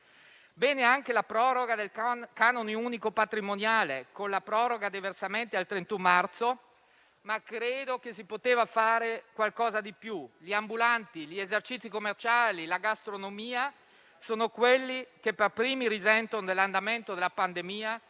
Bene anche la proroga del canone unico patrimoniale, con la proroga dei versamenti al 31 marzo, ma credo che si sarebbe potuto fare qualcosa di più: gli ambulanti, gli esercizi commerciali e la gastronomia sono quelli che per primi risentono dell'andamento della pandemia.